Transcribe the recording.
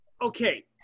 okay